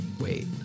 Wait